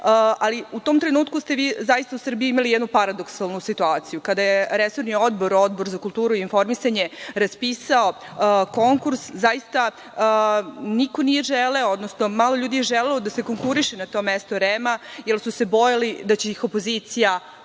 tom trenutku ste vi zaista u Srbiji imali jednu paradoksalnu situaciju, kada je Odbor za kulturu i informisanje raspisao konkurs, niko nije želeo, odnosno malo ljudi je želelo da se konkuriše na to mesto REM, jer su se bojali da će ih opozicija provući